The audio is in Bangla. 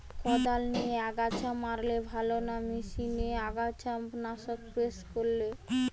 কদাল দিয়ে আগাছা মারলে ভালো না মেশিনে আগাছা নাশক স্প্রে করে?